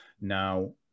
now